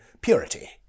purity